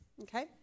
Okay